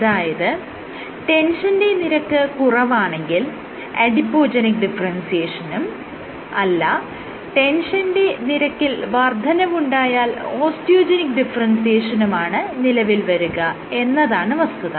അതായത് ടെൻഷന്റെ നിരക്ക് കുറവാണെങ്കിൽ അഡിപോജെനിക് ഡിഫറെൻസിയേഷനും അല്ല ടെൻഷന്റെ നിരക്കിൽ വർദ്ധനവുണ്ടായാൽ ഓസ്റ്റിയോജെനിക്ക് ഡിഫറെൻസിയേഷനുമാണ് നിലവിൽ വരുക എന്നതാണ് വസ്തുത